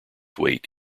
weight